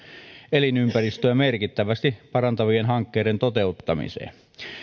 elinympäristöä merkittävästi parantavien hankkeiden toteuttamiseen